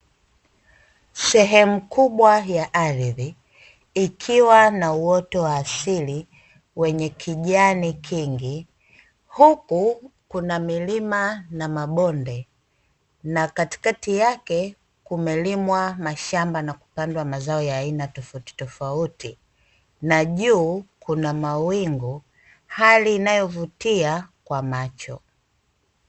Sehemu kubwa ya ardhi ikiwa na uoto wa asili wenye kijani kingi, huku kuna milima na mabonde na katikati yake kumelimwa mashamba na kupandwa mazao ya aina tofauti tofauti na juu kuna mawingu. Hali inayovutia kwa macho.